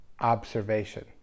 observation